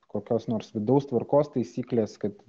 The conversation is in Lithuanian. kokios nors vidaus tvarkos taisyklės kad